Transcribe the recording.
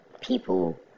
people